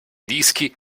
dischi